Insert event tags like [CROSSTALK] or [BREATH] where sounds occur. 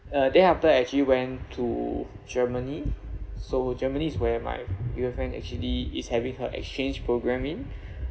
uh then after I actually went to germany so germany is where my girlfriend actually is having her exchange programme in [BREATH]